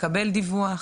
לקבל דיווח,